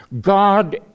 God